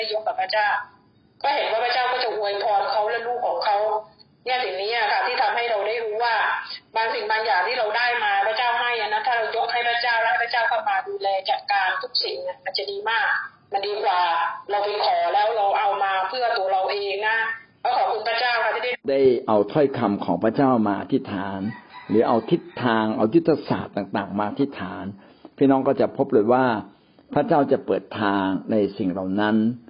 ยกกับพระเจ้าก็เห็นว่าพระเจ้าก็จะอวยพรเขาและลูกของเขาเนี่ย สิ่งนี้อะค่ะที่ทำให้เราได้รู้ว่าบางสิ่งบางอย่างที่เราได้มาพระเจ้าให้อะนะ ถ้าเรายกให้พระเจ้าและให้พระเจ้าเข้ามาดูแลจัดการทุกสิ่งอะ มันจะดีมาก มันดีกว่าเราไปขอแล้วเราเอามาเพื่อตัวเราเองนะ ก็ขอบคุณพระเจ้าค่ะที่ได้ได้เอาถ้อยคำของพระเจ้ามาอธิษฐานหรือเอาทิศทางเอายุทธศาสตร์ต่างๆมาอธิษฐาน พี่น้องก็จะพบเลยว่าพระเจ้าจะเปิดทางในสิ่ง- ในสิ่งเหล่านั้น